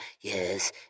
yes